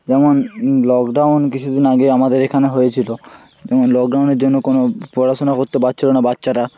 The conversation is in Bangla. যেমন লকডাউন কিছুদিন আগে আমাদের এখানে হয়েছিল এবং লকডাউনের জন্য কোনো পড়াশুনা করতে পারছিল না বাচ্চারা